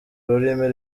rurimi